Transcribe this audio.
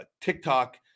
TikTok